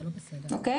אוקי,